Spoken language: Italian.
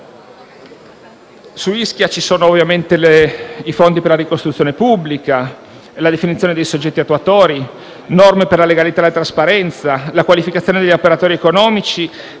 Ischia, vi sono ovviamente i fondi per la ricostruzione pubblica, la definizione dei soggetti attuatori, norme per la legalità e la trasparenza, la qualificazione degli operatori economici